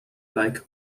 like